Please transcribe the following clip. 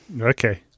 Okay